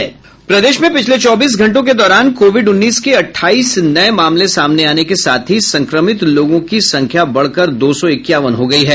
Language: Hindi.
प्रदेश में पिछले चौबीस घंटों के दौरान कोविड उन्नीस के अठाईस नये मामले सामने आने के साथ ही संक्रमित लोगों की संख्या बढ़कर दो सौ इक्यावन हो गयी है